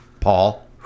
Paul